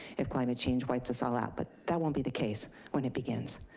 if climate change wipes us all out. but that won't be the case when it begins.